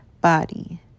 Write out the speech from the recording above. body